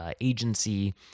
agency